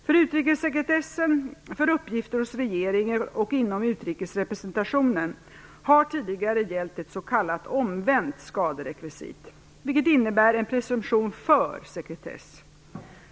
För utrikessekretessen för uppgifter hos regeringen och inom utrikesrepresentationen har tidigare gällt ett s.k. omvänt skaderekvisit, vilket innebär en presumtion för sekretess.